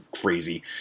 crazy